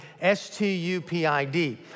S-T-U-P-I-D